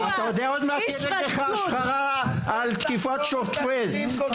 איש -- הרשעה על תקיפת שוטר,